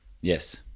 Yes